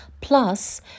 Plus